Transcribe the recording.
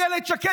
אילת שקד,